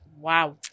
wow